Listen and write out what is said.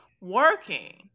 working